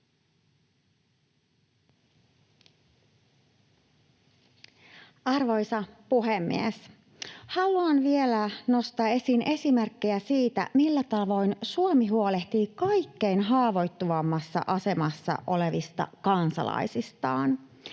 Arvoisa puhemies! Haluan vielä nostaa esiin esimerkkejä siitä, millä tavoin Suomi huolehtii kaikkein haavoittuvammassa asemassa olevista kansalaisistaan.